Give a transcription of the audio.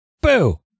boo